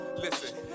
Listen